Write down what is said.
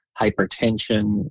hypertension